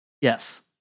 Yes